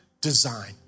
design